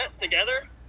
together